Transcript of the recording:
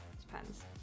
depends